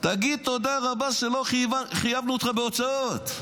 תגיד תודה רבה שלא חייבנו אותך בהוצאות.